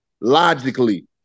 logically